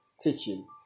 teaching